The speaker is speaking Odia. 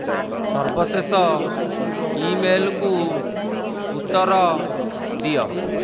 ସର୍ବଶେଷ ଇମେଲକୁ ଉତ୍ତର ଦିଅ